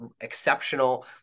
exceptional